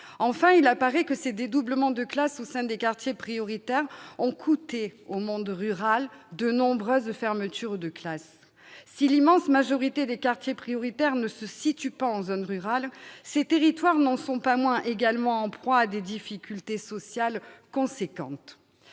Enfin, il apparaît que ces dédoublements de classes au sein des quartiers prioritaires ont « coûté » au monde rural de nombreuses fermetures de classes. Si l'immense majorité des quartiers prioritaires ne se situe pas en zone rurale, ces territoires n'en sont pas moins également en proie à des difficultés sociales importantes.